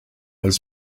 als